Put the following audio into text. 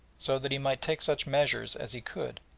so that he might take such measures as he could,